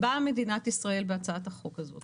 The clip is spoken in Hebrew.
באה מדינת ישראל בהצעת החוק הזאת